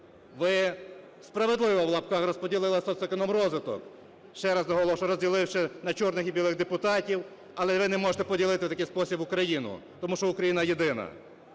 Ви "справедливо" (в лапках) розподілили соцекономрозвиток, ще раз наголошую, розділивши на "чорних" і "білих" депутатів. Але ви не можете поділити в такий спосіб Україну, тому що Україна єдина.